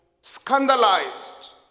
scandalized